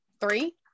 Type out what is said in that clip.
three